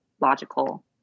logical